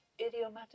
idiomatic